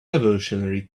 evolutionary